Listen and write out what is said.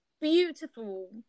Beautiful